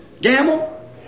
Gamble